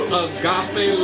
agape